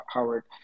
Howard